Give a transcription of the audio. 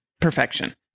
perfection